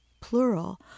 plural